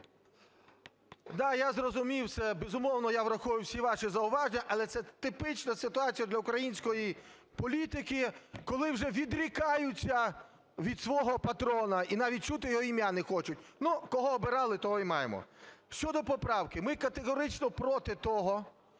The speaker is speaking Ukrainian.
Да, я зрозумів все. Безумовно, я враховую всі ваші зауваження, але це типова ситуація для української політики, коли вже відрікаються від свого патрона і навіть чути його ім'я не хочуть. Ну, кого обирали, того і маємо. Щодо поправки. Ми категорично проти того,